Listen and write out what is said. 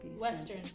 western